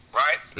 right